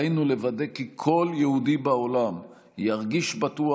עלינו לוודא כי כל יהודי בעולם ירגיש בטוח